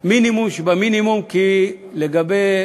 מינימום שבמינימום, כי לגבי